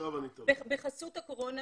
בחסות הקורונה,